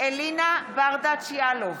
אלינה ברדץ' יאלוב,